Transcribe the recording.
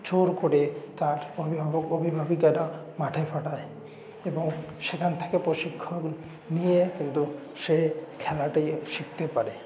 জোর করে তার অভিভাবক অভিভাবিকারা মাঠে পাঠায় এবং সেখান থেকে প্রশিক্ষণ নিয়ে কিন্তু সে খেলাটি শিখতে পারে